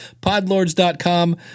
podlords.com